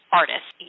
artists